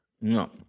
no